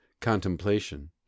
contemplation